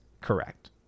correct